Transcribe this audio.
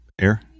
Air